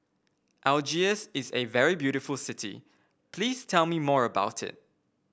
Algiers is a very beautiful city please tell me more about it